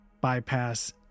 bypass